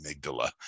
amygdala